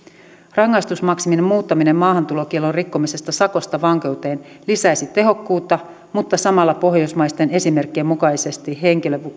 rangaistusmaksimin muuttaminen maahantulokiellon rikkomisesta sakosta vankeuteen lisäisi tehokkuutta kun samalla pohjoismaisten esimerkkien mukaisesti henkilö